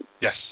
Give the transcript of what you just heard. Yes